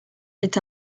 est